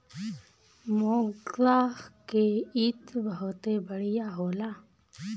मोगरा के इत्र बहुते बढ़िया होला